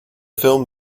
film